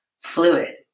fluid